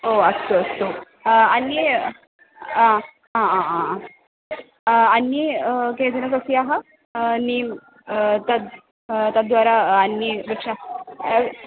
ओ अस्तु अस्तु अन्ये आ आ आ आ अन्ये केचन सस्यानि नीं तद् तद्वारा अन्याः वृक्षाः अव्